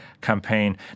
campaign